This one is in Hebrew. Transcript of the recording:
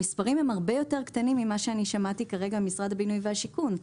המספרים הם הרבה יותר קטנים ממה שאני שמעתי כרגע ממשרד הבינוי והשיכון.